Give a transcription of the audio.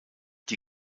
die